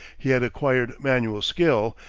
he had acquired manual skill,